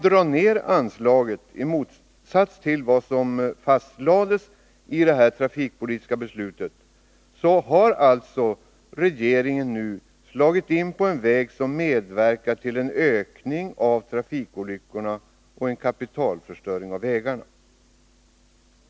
Genom att, i motsats till vad som lades fast i det trafikpolitiska beslutet, skära ner väganslaget har regeringen nu slagit in på en väg som innebär att man medverkar till en ökning av trafikolyckorna och till en kapitalförstöring när det gäller vägarna.